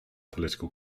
political